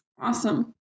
awesome